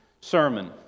sermon